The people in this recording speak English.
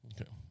Okay